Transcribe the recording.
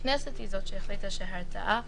הכנסת היא זאת שהחליטה שהרתעה,